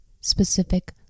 specific